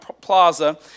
Plaza